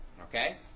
okay